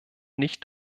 nicht